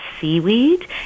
seaweed